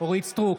אורית מלכה סטרוק,